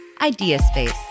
Ideaspace